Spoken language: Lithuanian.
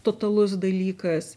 totalus dalykas